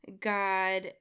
God